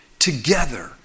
together